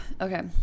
okay